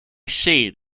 seat